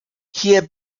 hier